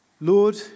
Lord